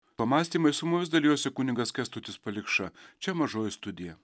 pamąstymai su mumis dalijosi kunigas kęstutis palikša čia mažoji studija